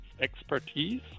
expertise